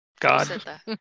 God